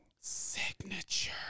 Signature